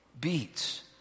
beats